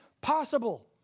possible